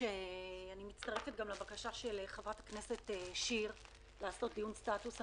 אני מצטרפת גם לבקשה של חברת הכנסת שיר לעשות דיון סטטוס.